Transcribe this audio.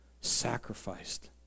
sacrificed